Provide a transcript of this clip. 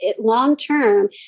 long-term